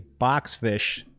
boxfish